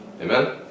Amen